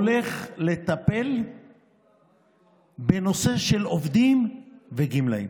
אמרתי שאני הולך לטפל בנושא של עובדים וגמלאים,